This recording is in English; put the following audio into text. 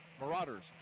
Marauders